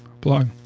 blog